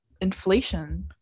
inflation